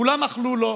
כולם אכלו לו,